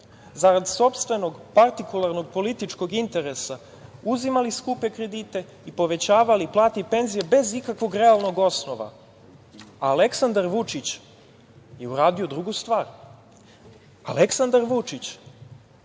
zarad sopstvenog, partikularnog, političkog interesa uzimali skupe kredite i povećavali plate i penzije bez ikakvog realnog osnova. Aleksandar Vučić je uradio drugu stvar. Aleksandar Vučić